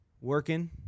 Working